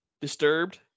Disturbed